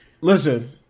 Listen